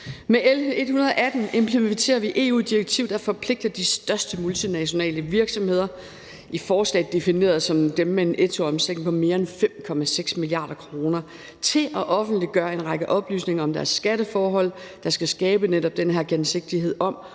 Med L 118 implementerer vi et EU-direktiv, der forpligter de største multinationale virksomheder – i forslaget defineret som dem med en nettoomsætning på mere end 5,6 mia. kr. – til at offentliggøre en række oplysninger om deres skatteforhold, der skal skabe netop den her gennemsigtighed om,